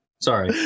Sorry